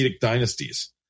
dynasties